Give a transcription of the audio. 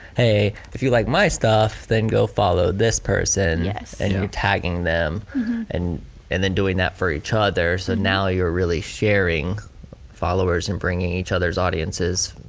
if you like my stuff then go follow this person yeah and you're tagging them and and then doing that for each other. so now you're really sharing followers and bringing each other's audiences